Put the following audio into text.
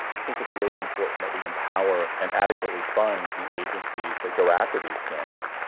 i think it's really important that we empower and adequately fund the agencies that go after these scammers.